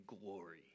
glory